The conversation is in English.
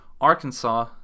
Arkansas